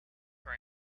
are